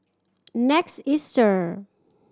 Next Easter